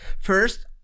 First